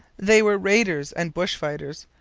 they were raiders and bush-fighters.